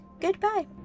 Goodbye